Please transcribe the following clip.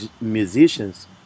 musicians